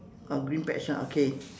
ah green patch ah okay